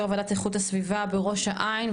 יו"ר ועדת איכות הסביבה בראש העין,